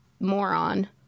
moron